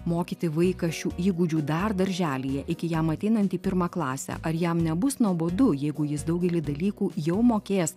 mokyti vaiką šių įgūdžių dar darželyje iki jam ateinant į pirmą klasę ar jam nebus nuobodu jeigu jis daugelį dalykų jau mokės